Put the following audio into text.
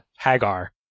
Hagar